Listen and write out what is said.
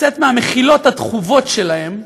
לצאת מהמחילות הטחובות שלהם.